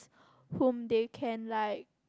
whom they can like